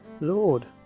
Lord